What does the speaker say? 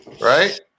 right